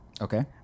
Okay